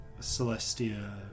Celestia